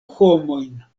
homojn